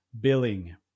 billing